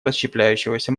расщепляющегося